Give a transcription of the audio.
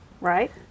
Right